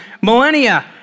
millennia